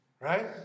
right